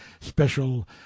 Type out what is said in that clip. special